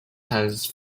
has